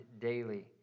daily